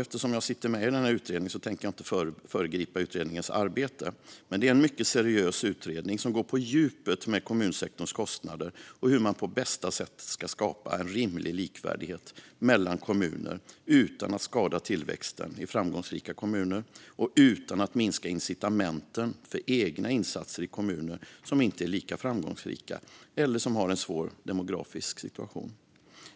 Eftersom jag sitter med i den utredningen tänker jag inte föregripa utredningens arbete, men det är en mycket seriös utredning som går på djupet med kommunsektorns kostnader och hur man på bästa sätt ska skapa en rimlig likvärdighet mellan kommuner utan att skada tillväxten i framgångsrika kommuner och utan att minska incitamenten för egna insatser i kommuner som inte är lika framgångsrika eller som har en svår demografisk situation.